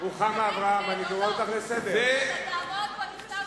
אתה תעמוד מול עסקת החבילה הזו כולה?